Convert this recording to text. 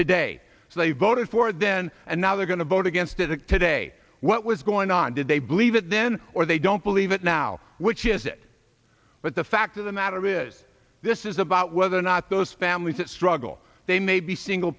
they voted for then and now they're going to vote against it today what was going on did they believe it then or they don't believe it now which is it but the fact of the matter is this is about whether or not those families that struggle they may be single